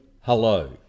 hello